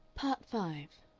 part five